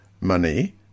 money